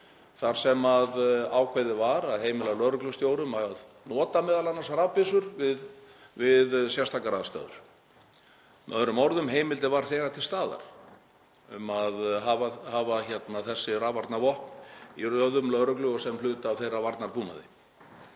þar sem ákveðið var að heimila lögreglustjórum að nota m.a. rafbyssur við sérstakar aðstæður. Með öðrum orðum; heimildin var þegar til staðar um að hafa þessi rafvarnarvopn í röðum lögregluna sem hluta af þeirra varnarbúnaði.